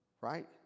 right